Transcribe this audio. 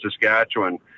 Saskatchewan